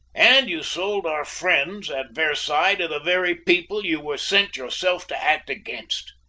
and you sold our friends at versailles to the very people you were sent yourself to act against.